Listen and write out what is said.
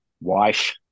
wife